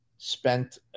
spent